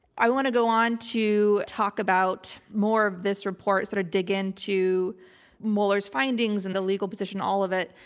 i want to go on to talk about more of this report, sort of dig into mueller's findings and the legal position, all of it.